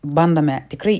bandome tikrai